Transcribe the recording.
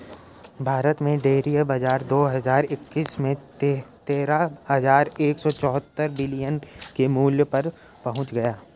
भारत में डेयरी बाजार दो हज़ार इक्कीस में तेरह हज़ार एक सौ चौहत्तर बिलियन के मूल्य पर पहुंच गया